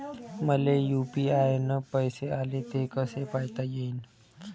मले यू.पी.आय न पैसे आले, ते कसे पायता येईन?